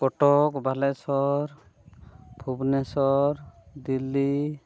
Cuttack Balasore Bhubaneswar Delhi